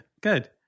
Good